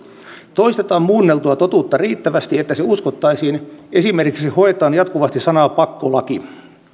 toistetaan muunneltua totuutta riittävästi että se uskottaisiin esimerkiksi hoetaan jatkuvasti sanaa pakkolaki